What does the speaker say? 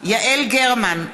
יעל גרמן,